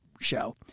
show